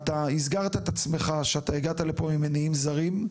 ואתה הסגרת את עצמך כמישהו שבא לפה ממניעים זרים,